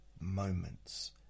moments